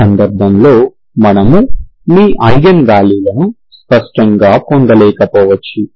ఈ సందర్భంలో మనము మీ ఐగెన్ వాల్యూలను స్పష్టంగా పొందలేకపోవచ్చు